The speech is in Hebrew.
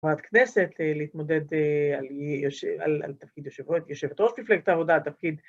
מוועדת כנסת להתמודד על תפקיד יושבות, יושבת ראש תפלגת העבודה, תפקיד...